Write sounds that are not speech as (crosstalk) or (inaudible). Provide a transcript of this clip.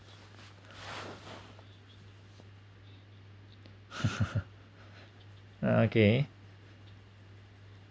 (laughs) uh okay